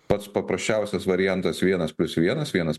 pats paprasčiausias variantas vienas plius vienas vienas